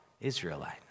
Israelite